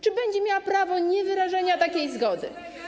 Czy będzie miała prawo niewyrażenia takiej zgody?